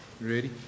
Ready